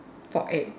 for egg